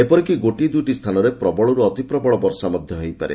ଏପରିକି ଗୋଟିଏ ଦୁଇଟି ସ୍ସାନରେ ପ୍ରବଳରୁ ଅତିପ୍ରବଳ ବର୍ଷା ମଧ ହୋଇପାରେ